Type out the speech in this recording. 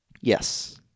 yes